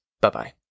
bye-bye